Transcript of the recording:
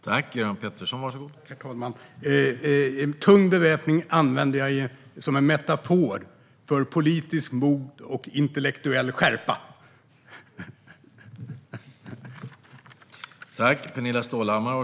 Herr talman! Jag använde uttrycket tung beväpning som en metafor för politiskt mod och intellektuell skärpa.